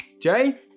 Jay